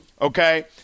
okay